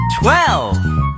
twelve